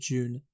June